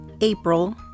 April